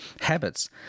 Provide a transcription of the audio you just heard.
habits